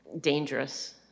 dangerous